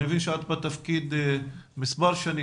ואני מבין שאת בתפקיד מספר שנים.